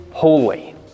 holy